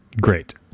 Great